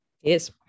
Yes